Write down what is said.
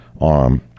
arm